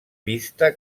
pista